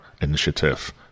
initiative